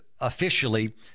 Officially